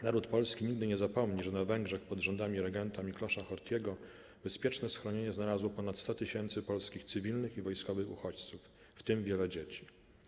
Naród Polski nigdy nie zapomni, że na Węgrzech pod rządami regenta Miklósa Horthyego bezpieczne schronienie znalazło ponad 100 tysięcy polskich cywilnych i wojskowych uchodźców, w tym wiele dzieci.